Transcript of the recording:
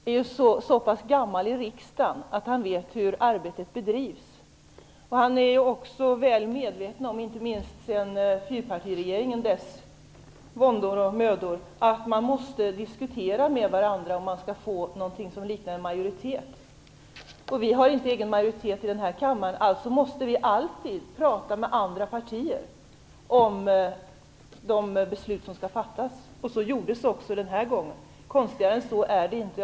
Fru talman! Ingvar Eriksson är så pass gammal i riksdagen att han vet hur arbetet bedrivs. Han är också, inte minst med tanke på de våndor och mödor som fyrpartiregeringen hade, väl medveten om att man måste diskutera med varandra för att få någonting som liknar en majoritet. Vi har inte egen majoritet i kammaren, och vi måste därför alltid tala med andra partier om de beslut som skall fattas. Så gjordes också den här gången. Konstigare än så är det inte.